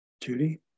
Judy